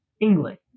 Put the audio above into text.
English